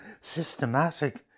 systematic